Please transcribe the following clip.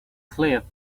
cliff